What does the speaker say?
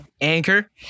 Anchor